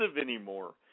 anymore